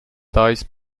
dice